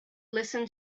listen